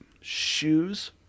shoes